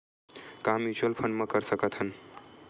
का mutual fund म कर सकत हन?